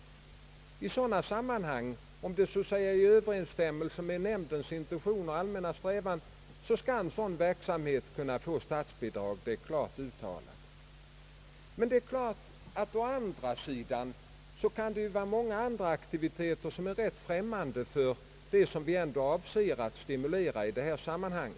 Det är klart uttalat i propositionen att sådan verksamhet skall kunna få statsbidrag om den överensstämmer med nämndens intentioner och allmänna strävanden. Men det är också klart att många av hushållningssällskapens aktiviteter kan vara rätt främmande för det som vi ändå avser att stimulera i detta sammanhang.